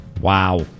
Wow